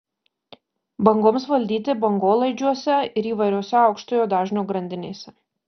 bangoms valdyti bangolaidžiuose ir įvairiose aukštojo dažnio grandinėse